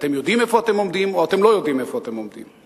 אתם יודעים איפה אתם עומדים או אתם לא יודעים איפה אתם עומדים?